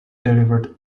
delivered